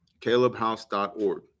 CalebHouse.org